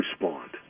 respond